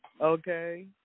Okay